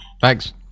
thanks